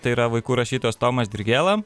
tai yra vaikų rašytojas tomas dirgėla